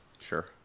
Sure